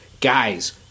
guys